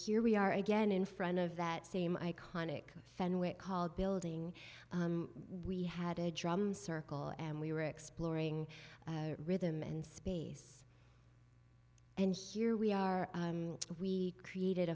here we are again in front of that same iconic fenwick called building we had a drum circle and we were exploring rhythm and space and here we are we created